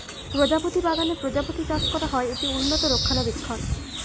প্রজাপতি বাগানে প্রজাপতি চাষ করা হয়, এটি উন্নত রক্ষণাবেক্ষণ